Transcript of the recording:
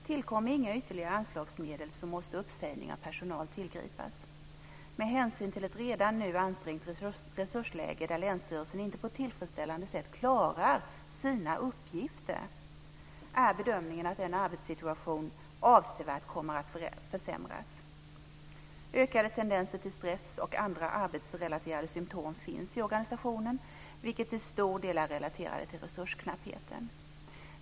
Tillkommer inga ytterligare anslagsmedel så måste uppsägning av personal tillgripas. Med hänsyn till ett redan nu ansträngt resursläge där Länsstyrelsen inte på ett tillfredsställande sätt klarar sina uppgifter, är bedömningen att den arbetssituationen avsevärt kommer att försämras. Ökade tendenser till stress och andra arbetsrelaterade symptom finns i organisationen vilka till stor del är relaterade till resursknappheten."